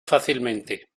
fácilmente